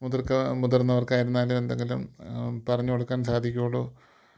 മുതിർക്ക മുതിർന്നവർക്കായിരുന്നാലും എന്തെങ്കിലും പറഞ്ഞുകൊടുക്കാൻ സാധിക്കയുള്ളൂ